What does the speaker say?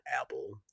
Apple